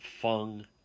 Fung